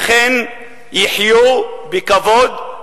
אכן יחיו בכבוד,